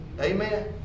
Amen